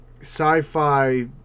sci-fi